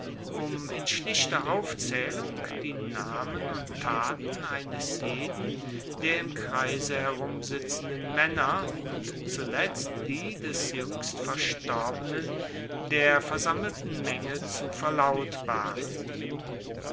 um in schlichter aufzaehlung die namen und taten eines jeden der im kreise herumsitzenden maenner und zuletzt die des juengst verstorbenen der versammelten menge zu verlautbaren